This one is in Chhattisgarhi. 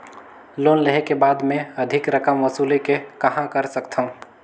लोन लेहे के बाद मे अधिक रकम वसूले के कहां कर सकथव?